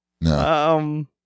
No